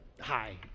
hi